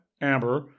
Amber